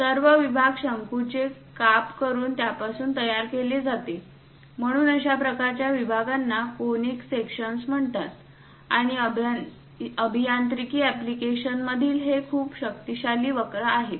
सर्व विभाग शंकूचे काप करून त्यापासून तयार केले जाते म्हणून अशा प्रकारच्या विभागांना कॉनिक विभाग म्हणतात आणि अभियांत्रिकी एप्लिकेशन्स मधील हे खूप शक्तिशाली वक्र आहेत